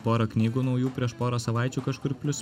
pora knygų naujų prieš porą savaičių kažkur plius